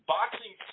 Boxing